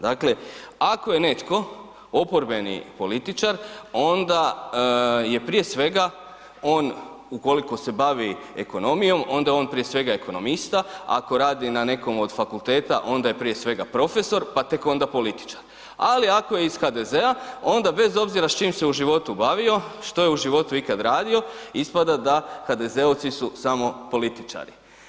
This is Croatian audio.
Dakle ako je netko oporbeni političar, onda je prije svega on ukoliko se2 bavi ekonomijom, onda on prije svega je ekonomista, ako radi na nekom od fakulteta, onda je prije svega profesor pa tek onda političar ali ako je iz HDZ-a, onda bez obzira s čim se u životu bavio, što je u životu ikad radio, ispada da HDZ-ovci su samo političari.